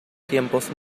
tiempos